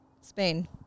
Spain